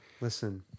Listen